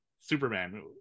Superman